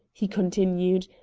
he continued.